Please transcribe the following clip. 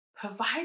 Provide